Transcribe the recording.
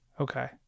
Okay